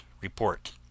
report